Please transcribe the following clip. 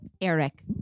Eric